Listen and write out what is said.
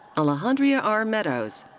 alejandria r. meadows.